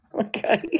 Okay